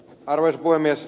arvoisa puhemies